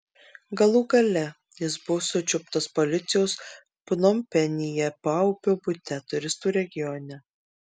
galų gale jis buvo sučiuptas policijos pnompenyje paupio bute turistų regione